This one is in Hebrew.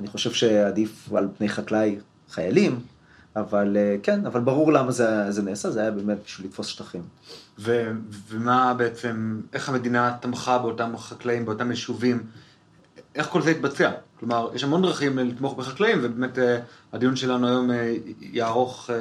אני חושב שעדיף על פני חקלאי חיילים, אבל כן, אבל ברור למה זה נעשה, זה היה באמת פשוט לתפוס שטחים. ומה בעצם, איך המדינה תמכה באותם חקלאים, באותם יישובים? איך כל זה התבצע? כלומר, יש המון דרכים לתמוך בחקלאים, ובאמת, הדיון שלנו היום